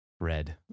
red